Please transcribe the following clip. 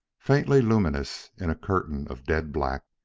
faintly luminous in a curtain of dead black.